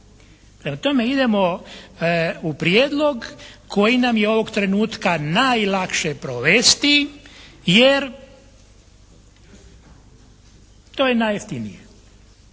Prema tome, idemo u prijedlog koji nam je ovog trenutka najlakše provesti, jer to je najjeftinije.